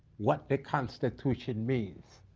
what the constitution means,